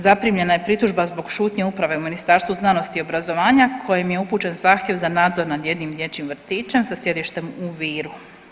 Zaprimljena je pritužba zbog šutnje uprave u Ministarstvu znanosti i obrazovanja kojem je upućen zahtjev za nadzor nad jednim dječjim vrtićem sa sjedištem u Viru.